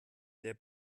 der